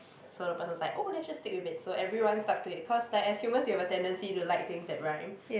so the person is like oh let's just stick with it so everyone stuck to it cause like as humans you will have a tendency to like things that rhyme